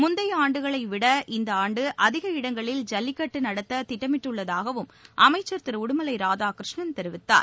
முந்தைய ஆண்டுகளைவிட இந்த ஆண்டு அதிக இடங்களில் ஜல்லிக்கட்டு நடத்த திட்டமிட்டுள்ளதாகவும் அமைச்சர் திரு உடுமலை ராதாகிருஷ்ணன் தெரிவித்தார்